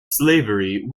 slavery